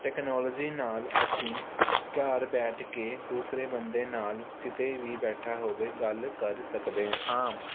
technology ਨਾਲ ਅਸੀਂ ਘਰ ਬੈਠ ਕੇ ਦੂਸਰੇ ਬੰਦੇ ਨਾਲ ਕਿਤੇ ਵੀ ਬੈਠਾ ਹੋਵੇ ਗੱਲ ਕਰ ਸਕਦੇ ਹਾਂ